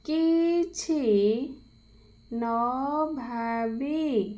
କିଛି ନ ଭାବି